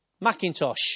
Macintosh